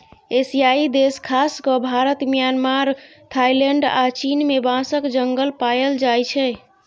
एशियाई देश खास कए भारत, म्यांमार, थाइलैंड आ चीन मे बाँसक जंगल पाएल जाइ छै